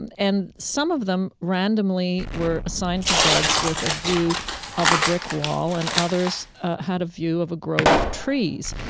and and some of them randomly were assigned to beds with a view of a brick wall and others had a view of a grove of trees.